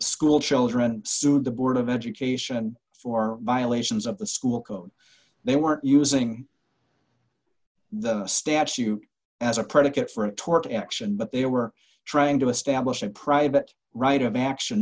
school children sued the board of education for violations of the school code they were using the statute as a predicate for a tort action but they were trying to establish a private right of action